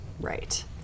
Right